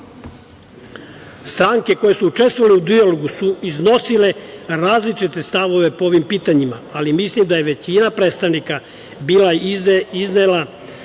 smislu. Stranke koje su učestvovale u dijalogu su iznosile različite stavove po ovim pitanjima, ali mislim da je većina predstavnika iznela